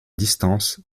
distance